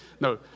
no